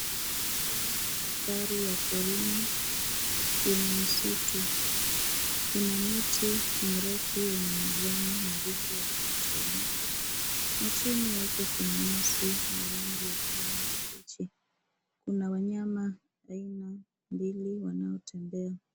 Haya ni mandhari ya porini yenye misitu. Kuna miti mirefu yenye majani mabichi yaliyotawanyika na chini yake kuna nyasi yenye rangi ya kijani kibichi. Kuna wanyama wa aina mbili wanaotembea.